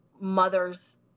mothers